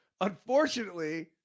unfortunately